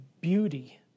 beauty